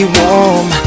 warm